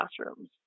classrooms